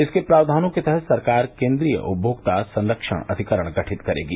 इसके प्राव्वानों के तहत सरकार केंद्रीय उपमोक्ता संरक्षण अधिकरण गठित करेगी